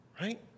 right